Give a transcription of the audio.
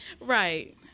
right